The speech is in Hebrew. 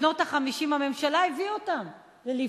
שבשנות ה-50 הממשלה הביאה אותם לליפתא,